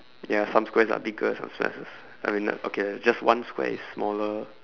ya some squares are bigger some squares is I mean okay just one square is smaller